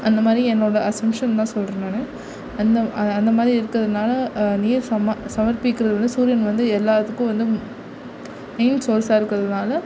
அந்த மாதிரி என்னோடய அசம்ப்ஷன் தான் சொல்கிறேன் நான் அந்த அந்த மாதிரி இருக்கிறனால நீர் சம்ம சமர்ப்பிக்கிறது வந்து சூரியன் வந்து எல்லாத்துக்கும் வந்து மெயின் சோர்ஸாக இருக்கிறதுனால